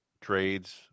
trades